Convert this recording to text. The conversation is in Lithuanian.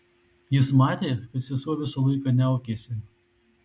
jis matė kad sesuo visą laiką niaukėsi